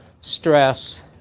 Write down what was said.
stress